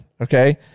Okay